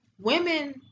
women